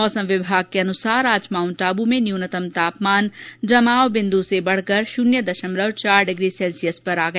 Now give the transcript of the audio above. मौसम विभाग के अनुसार आज माउंट आबू में न्यूनतम तापमान जमाव बिन्दू से बढ़कर शून्य दशमलव चार डिग्री सैल्सियस रिकॉर्ड किया गया